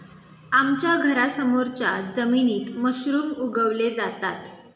आमच्या घरासमोरच्या जमिनीत मशरूम उगवले जातात